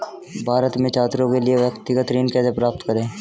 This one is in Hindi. भारत में छात्रों के लिए व्यक्तिगत ऋण कैसे प्राप्त करें?